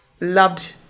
loved